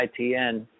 ITN